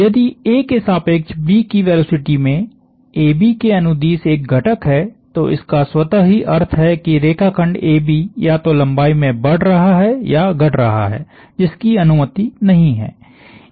यदि A के सापेक्ष B की वेलोसिटी में AB के अनुदिश एक घटक है तो इसका स्वतः ही अर्थ है कि रेखाखंड AB या तो लंबाई में बढ़ रहा है या घट रहा है जिसकी अनुमति नहीं है